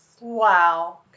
Wow